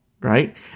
right